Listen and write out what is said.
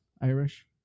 Irish